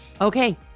okay